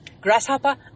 Grasshopper